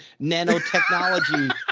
nanotechnology